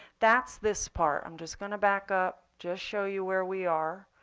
that's this part. i'm just going to back up, just show you where we are.